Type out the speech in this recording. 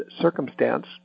circumstance